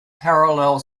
parallel